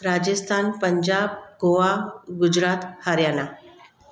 Rajasthan Punjab Goa Gujarat Haryana